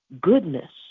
goodness